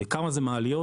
כמה זה על מעליות?